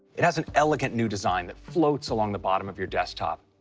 it has an elegant new design that floats along the bottom of your desktop.